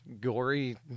gory